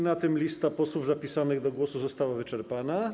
Na tym lista posłów zapisanych do głosu została wyczerpana.